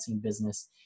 business